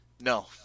No